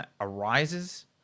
arises